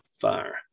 fire